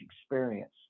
experience